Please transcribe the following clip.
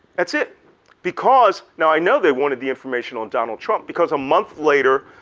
that's it because now i know they wanted the information on donald trump because a month later,